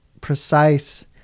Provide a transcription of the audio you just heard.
precise